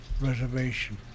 Reservation